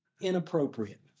inappropriate